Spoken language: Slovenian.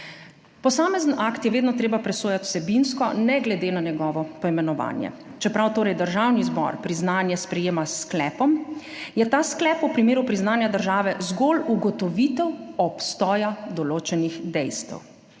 Posamezen akt je vedno treba presojati vsebinsko ne glede na njegovo poimenovanje. Čeprav torej Državni zbor priznanje sprejema s sklepom, je ta sklep v primeru priznanja države zgolj ugotovitev obstoja določenih dejstev.